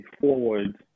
forward